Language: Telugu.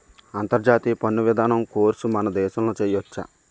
అంతర్జాతీయ పన్ను విధానం కోర్సు మన దేశంలో చెయ్యొచ్చా